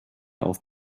auf